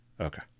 Okay